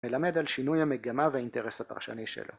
‫מלמד על שינוי המגמה ‫והאינטרס הפרשני שלו.